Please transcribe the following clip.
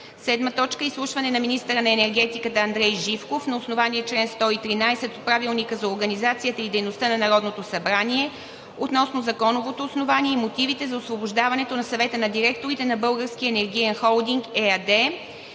Мирчев. 7. Изслушване на министъра на енергетиката Андрей Живков на основание чл. 113 от Правилника за организацията и дейността на Народното събрание относно законовото основание и мотивите за освобождаването на Съвета на директорите на Българския енергиен холдинг ЕАД.